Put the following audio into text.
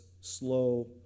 slow